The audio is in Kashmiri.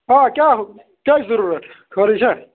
آ کیٛاہ کیٛاہ چھُ ضٔروٗرَت خٲرٕے چھا